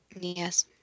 Yes